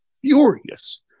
furious